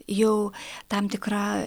jau tam tikra